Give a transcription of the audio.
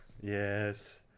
Yes